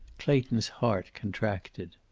clayton's heart contracted.